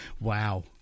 Wow